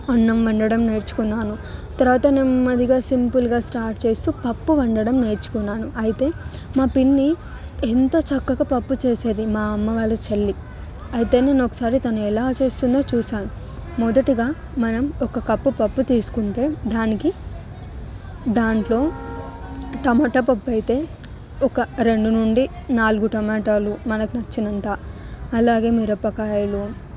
అన్నం వండడం నేర్చుకున్నాను తర్వాత నెమ్మదిగా సింపుల్గా స్టార్ట్ చేస్తూ పప్పు వండడం నేర్చుకున్నాను అయితే మా పిన్ని ఎంత చక్కగా పప్పు చేసేది మా అమ్మ వాళ్ళ చెల్లి అయితే ఒకసారి నేను తను ఎలా చేస్తుందో చూసాను మొదటిగా మనం ఒక కప్పు పప్పు తీసుకుంటే దానికి దాంట్లో టమోటా పప్పు అయితే ఒక రెండు నుండి నాలుగు టమాటాలు మనకు నచ్చినంత అలాగే మిరపకాయలు